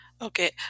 Okay